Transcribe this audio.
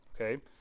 okay